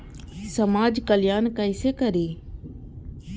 समाज कल्याण केसे करी?